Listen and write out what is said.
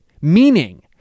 Meaning